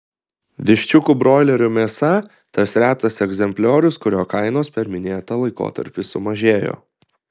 viščiukų broilerių mėsa tas retas egzempliorius kurio kainos per minėtą laikotarpį sumažėjo